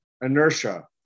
inertia